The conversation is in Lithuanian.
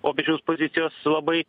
popiežiaus pozicijos labai